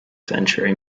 century